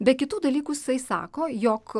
be kitų dalykų jisai sako jog